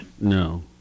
No